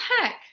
heck